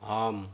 ஆம்